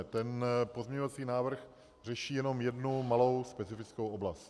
Ten pozměňovací návrh řeší jenom jednu malou specifikou oblast.